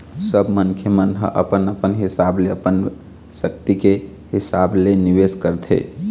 सब मनखे मन ह अपन अपन हिसाब ले अपन सक्ति के हिसाब ले निवेश करथे